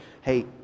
hey